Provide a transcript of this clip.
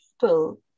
people